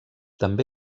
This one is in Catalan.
també